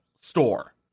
store